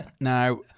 now